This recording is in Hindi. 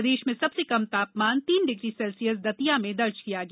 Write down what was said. प्रदेश में सबसे कम तापमान तीन डिग्री सेल्सियस दतिया में दर्ज किया गया